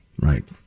Right